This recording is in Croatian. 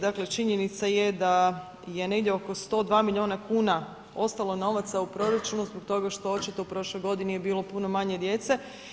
Dakle činjenica je da je negdje oko 102 milijuna kuna ostalo novaca u proračunu zbog toga što očito u prošloj godini je bilo puno manje djece.